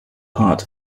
part